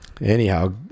anyhow